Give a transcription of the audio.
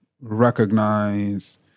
recognize